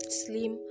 slim